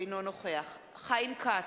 אינו נוכח חיים כץ,